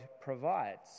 provides